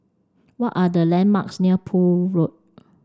what are the landmarks near Poole Road